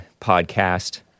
podcast